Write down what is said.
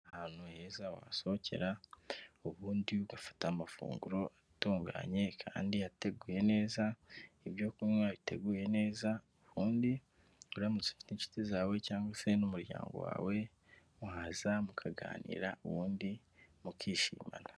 Ahantu heza wasohokera ubundi ugafata amafunguro atunganye kandi ateguye neza, ibyo kunywa biteguye neza, ubundi uramutse ufite inshuti zawe cyangwa se n'umuryango mwaza mukaganira ubundi mukishimana.